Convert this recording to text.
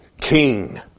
King